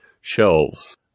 shelves